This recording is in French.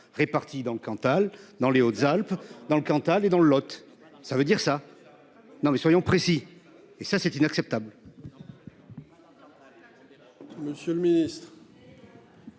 réparti dans le Cantal, dans les Hautes-Alpes. Dans le Cantal et dans le Lot. Ça veut dire ça. Non mais soyons précis, et ça c'est inacceptable.